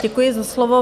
Děkuji za slovo.